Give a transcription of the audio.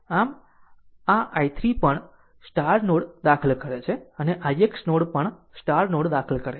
આમ આ i3 પણ નોડ દાખલ કરે છે અને ix નોડ પણ નોડ દાખલ કરે છે